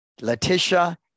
Letitia